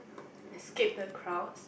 escape the crowds